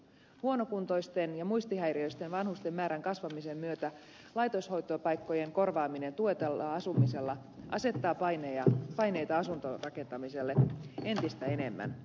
huonokuntoisten ja muistihäiriöisten vanhusten määrän kasvamisen myötä laitoshoitopaikkojen korvaaminen tuetulla asumisella asettaa paineita asuntorakentamiselle entistä enemmän